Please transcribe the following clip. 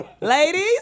Ladies